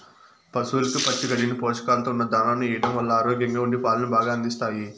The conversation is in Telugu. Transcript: పసవులకు పచ్చి గడ్డిని, పోషకాలతో ఉన్న దానాను ఎయ్యడం వల్ల ఆరోగ్యంగా ఉండి పాలను బాగా అందిస్తాయి